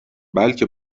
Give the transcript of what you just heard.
بلکه